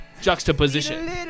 Juxtaposition